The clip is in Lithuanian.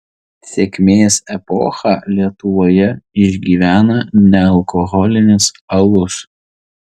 sėkmės epochą lietuvoje išgyvena nealkoholinis alus